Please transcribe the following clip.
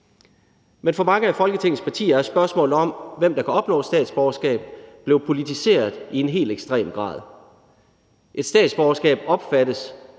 Men for mange af Folketingets partier er spørgsmålet om, hvem der kan opnå statsborgerskab, blevet politiseret i en helt ekstrem grad. Et statsborgerskab opfattes